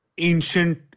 ancient